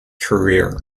career